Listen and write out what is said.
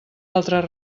altres